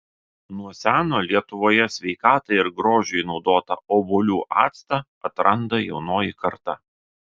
nuo seno lietuvoje sveikatai ir grožiui naudotą obuolių actą atranda jaunoji karta